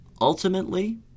ultimately